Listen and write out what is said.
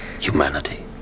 Humanity